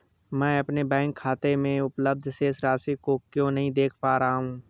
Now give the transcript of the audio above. मैं अपने बैंक खाते में उपलब्ध शेष राशि क्यो नहीं देख पा रहा हूँ?